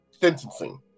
Sentencing